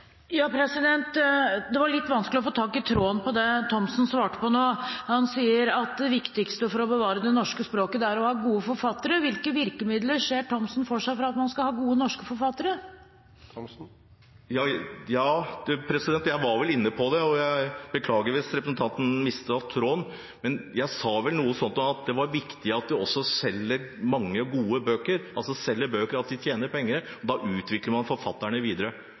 Det var litt vanskelig å få tak i tråden i det Thomsen svarte nå. Han sier at det viktigste for å bevare det norske språket er å ha gode forfattere. Hvilke virkemidler ser Thomsen for seg for at man skal ha gode norske forfattere? Ja, jeg var vel inne på det. Jeg beklager hvis representanten mistet tråden, men jeg sa vel noe sånt som at det var viktig at de også selger mange gode bøker, altså selger bøker, at de tjener penger. Da utvikler man forfatterne videre.